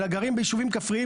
אלא גרים ביישובים כפריים,